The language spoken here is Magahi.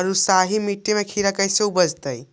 बालुसाहि मट्टी में खिरा कैसे उपजतै?